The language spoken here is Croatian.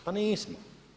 Pa nismo.